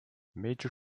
major